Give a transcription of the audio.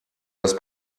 das